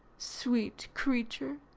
sweet creature!